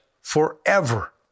forever